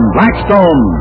Blackstone